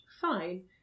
fine